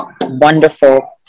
wonderful